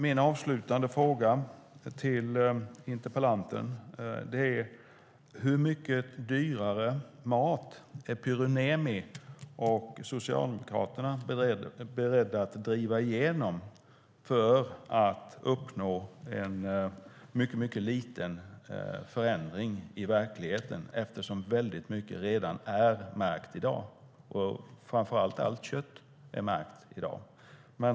Min avslutande fråga till interpellanten är: Hur mycket dyrare mat är Pyry Niemi och Socialdemokraterna beredda att driva igenom för att uppnå en mycket liten förändring i verkligheten, eftersom väldigt mycket redan är märkt i dag? Framför allt är allt kött märkt i dag.